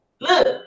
Look